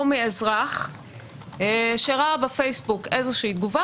או מאזרח שראה בפייסבוק איזושהי תגובה